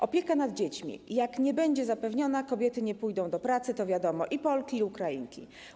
Opieka nad dziećmi, jak nie będzie zapewniona, kobiety nie pójdą do pracy, to wiadomo - ani Polki, ani Ukrainki.